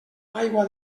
aigua